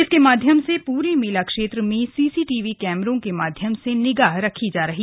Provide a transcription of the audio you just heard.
इसके माध्यम से पूरे मेला क्षेत्र में सीसीटीवी कैमरों के माध्यम से निगाह रखी जाएगी